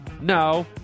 No